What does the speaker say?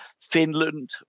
Finland